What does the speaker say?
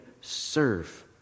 serve